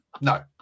no